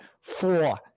four